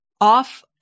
off